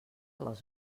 les